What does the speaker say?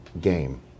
game